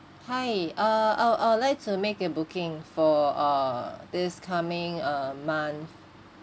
hi uh I'll I'll like to make a booking for uh this coming uh month